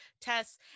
tests